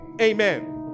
Amen